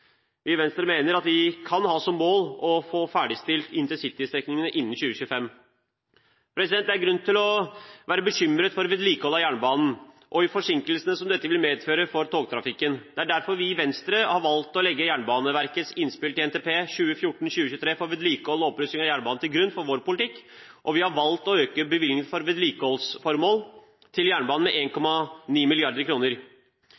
Vi i Venstre mener at vi må ha som mål å få ferdigstilt intercitystrekningene innen 2025. Det er grunn til å være bekymret for vedlikeholdet av jernbanen og de forsinkelsene som dette vil medføre for togtrafikken. Det er derfor vi i Venstre har valgt å legge Jernbaneverkets innspill til NTP 2014–2023 om vedlikehold og opprusting av jernbanen til grunn for vår politikk. Vi har valgt å øke bevilgningene til vedlikehold av jernbanen med